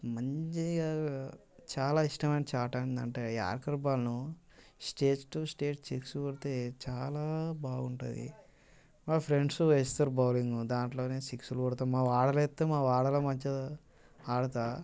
మంచిగా చాలా ఇష్టమైన మంచి ఆట ఏంటంటే ఈ యార్కర్ బాలును స్టేజ్ టూ స్టేజ్ సిక్స్ కొడితే చాలా బాగుంటుంది మా ఫ్రెండ్స్ వేస్తారు బౌలింగ్ దాంట్లో నేను సిక్స్లు కొడతాను మా వాడలో వేస్తే మా వాడలో మంచిగా ఆడతాను